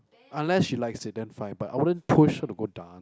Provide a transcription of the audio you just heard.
unless you like sit down five I wouldn't push her to go down